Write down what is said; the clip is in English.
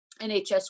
NHS